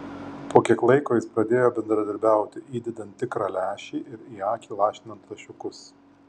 po kiek laiko jis pradėjo bendradarbiauti įdedant tikrą lęšį ir į akį lašinant lašiukus